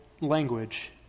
language